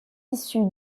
issu